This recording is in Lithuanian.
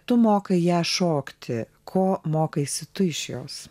tu mokai ją šokti ko mokaisi tu iš jos